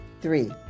Three